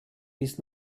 bis